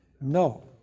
No